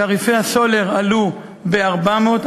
תעריפי הסולר עלו ב-400%,